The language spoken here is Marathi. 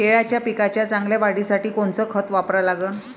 केळाच्या पिकाच्या चांगल्या वाढीसाठी कोनचं खत वापरा लागन?